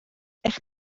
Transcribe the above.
eich